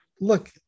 look